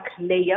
layer